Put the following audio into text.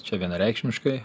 čia vienareikšmiškai